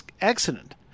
accident